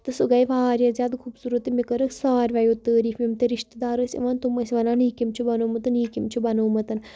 تہٕ سُہ گٔے واریاہ زیادٕ خوٗبصوٗرت تہٕ مےٚ کٔرٕکھ سارویو تعاریٖف یِم تہِ رِشتہٕ دار ٲسۍ یِوان تِم ٲسۍ وَنان یہِ کٔمۍ چھِ بَنوومُت یہِ کٔمۍ چھِ بَنوومُت